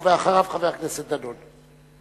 ואחריו, חבר הכנסת דנון.